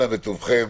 אנא בטובכם,